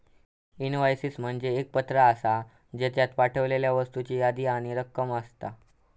invoices म्हणजे एक पत्र आसा, ज्येच्यात पाठवलेल्या वस्तूंची यादी आणि रक्कम असता